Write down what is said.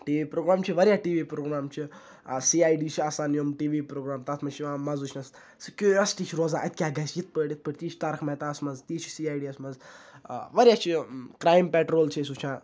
T V program یِم چھِ واریاہ ٹی وی پرٛوگرام چھِ سی آی ڈی چھِ آسان یِم ٹی وی پرٛوگرام تَتھ منٛز چھِ یِوان مَزٕ وٕچھںَس سُہ کیٖریوسٹی چھِ روزان اَتہِ کیٛاہ گژھِ یِتھ پٲٹھۍ یِتھ پٲٹھۍ تی چھِ تارک مہتاہَس منٛز تی چھِ سی آی ڈی یَس منٛز واریاہ چھِ کَرٛایم پٮ۪ٹرول چھِ أسۍ وٕچھان